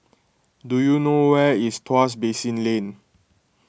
do you know where is Tuas Basin Lane